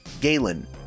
Galen